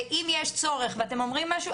ואם יש צורך ואתם אומרים משהו,